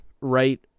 right